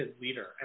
leader